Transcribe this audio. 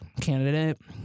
candidate